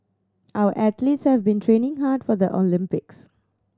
our athletes have been training hard for the Olympics